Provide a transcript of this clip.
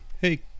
hey